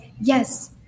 yes